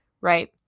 right